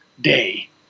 day